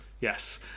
Yes